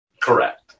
Correct